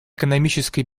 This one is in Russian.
экономической